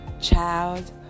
child